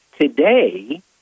Today